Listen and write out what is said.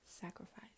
sacrifice